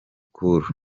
cool